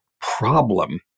problem